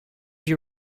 you